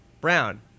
Brown